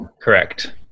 Correct